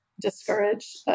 discourage